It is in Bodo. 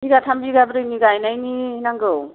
बिगाथाम बिगाब्रैनि गायनायनि नांगौ